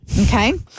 Okay